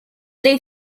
dei